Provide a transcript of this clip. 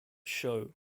shou